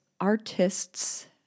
artists